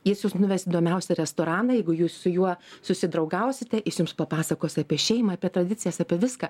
jis jus nuves įdomiausią restoraną jeigu jūs su juo susidraugausite jis jums papasakos apie šeimą apie tradicijas apie viską